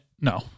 No